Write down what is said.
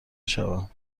شوم